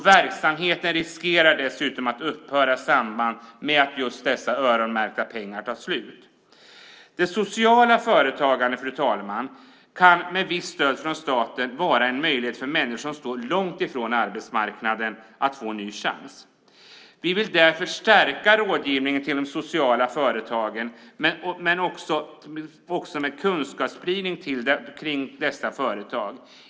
Verksamheten riskerar dessutom att upphöra i samband med att just dessa öronmärkta pengar tar slut. Fru talman! Det sociala företagandet kan med visst stöd från staten vara en möjlighet för människor som står långt ifrån arbetsmarknaden att få en ny chans. Vi vill därför stärka rådgivningen till de sociala företagen men också kunskapsspridningen kring dessa företag.